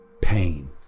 pain